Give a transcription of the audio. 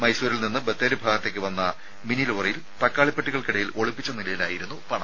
മൈസൂരിൽ നിന്ന് ബത്തേരി ഭാഗത്തേക്ക് വന്ന മിനി ലോറിയിൽ തക്കാളിപ്പെട്ടികൾക്കിടയിൽ ഒളിപ്പിച്ച നിലയിലായിരുന്നു പണം